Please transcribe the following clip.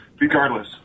regardless